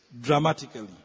dramatically